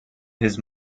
his